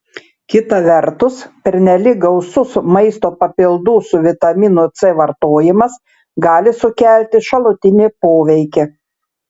kita vertus pernelyg gausus maisto papildų su vitaminu c vartojimas gali sukelti šalutinį poveikį